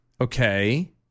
Okay